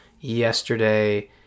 yesterday